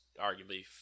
arguably